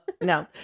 No